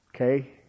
Okay